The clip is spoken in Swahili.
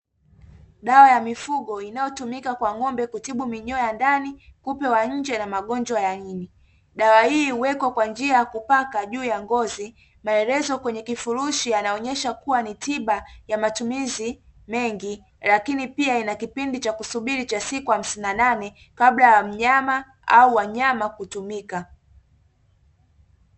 Dawa ya mifugo inayotumika kwa ng’ombe kutibu minyoo ya ndani, kupe wa nje na magonjwa ya ini, dawa hii uwekwa kwa njia ya kupaka juu ya ngozi; maelezo kwenye kifurushi yanaonyesha kuwa ni tiba ya matumizi mengi lakini pia inakipindi cha kusubiri cha siku hamsini na nane kabla ya mnyama au wanyama kutumika.